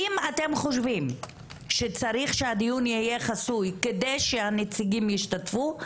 אם אתם חושבים שצריך שהדיון יהיה חסוי כדי שהנציגים ישתתפו,